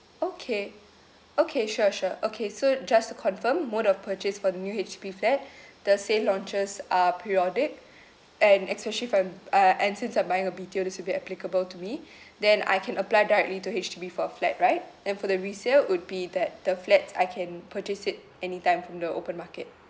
okay okay sure sure okay so just to confirm mode of purchase for new H_D_B flat the sale launches are periodic and especially for m~ uh and since I'm buying a B_T_O this will be applicable to me then I can apply directly to H_D_B for a flat right then for the resale would be that the flats I can purchase it anytime from the open market